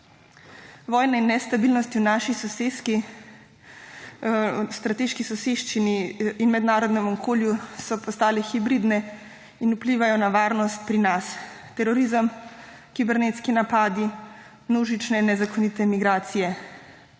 Vojne, nestabilnosti v naši soseski, strateški soseščini in mednarodnemu okolju so postale hibridne in vplivajo na varnost pri nas. Terorizem, kibernetski napadi, množične nezakonite migracije.